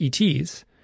ETs